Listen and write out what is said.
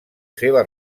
seva